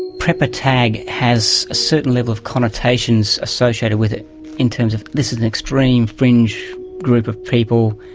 prepper tag has a certain level of connotations associated with it in terms of this is an extreme fringe group of people,